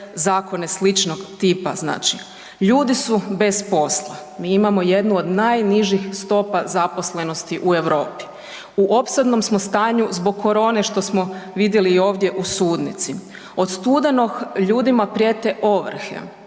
zakone sličnog tipa značne? Ljudi su bez posla, mi imamo jednu od najniži stopa zaposlenosti u Europi, u opasnom smo stanju zbog korone što smo vidjeli i u ovdje u sudnici. Od studenog ljudima prijete ovrhe